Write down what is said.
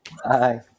hi